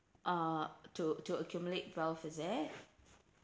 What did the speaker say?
uh to to accumulate wealth is it